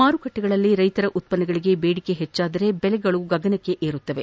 ಮಾರುಕಟ್ಟೆಗಳಲ್ಲಿ ರೈತರ ಉತ್ಪನ್ನಗಳಗೆ ಬೇಡಿಕೆ ಹೆಚ್ಚಾದರೆ ಬೆಲೆಗಳು ಗಗನಕ್ಕೆ ಏರುತ್ತವೆ